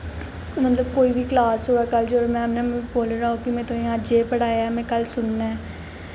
मतलब कोई बी कलास होऐ कल जेह्ड़ा मैम ने बोले दा हौग में तुसेंगी अज्ज एह् पढ़ाया ऐ कल में एह् सुनना ऐं